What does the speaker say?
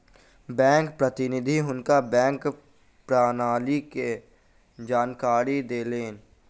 bank प्रतिनिधि हुनका bank प्रणाली के जानकारी देलैन